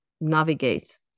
navigate